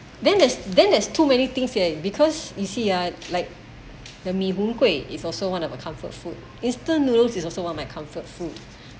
then there's then there's too many things here because you see ah like the mee-hoon-kway is also one of a comfort food instant noodles is also one my comfort food